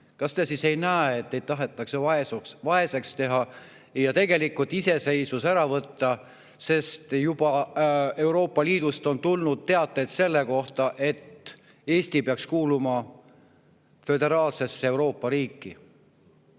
Kas te ei näe, et teid tahetakse vaeseks teha, teie iseseisvus ära võtta? Euroopa Liidust on juba tulnud teateid selle kohta, et Eesti peaks kuuluma föderaalsesse Euroopa riiki.